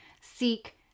seek